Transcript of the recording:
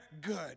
good